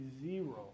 zero